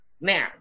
Now